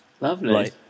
Lovely